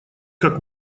как